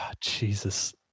Jesus